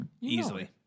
Easily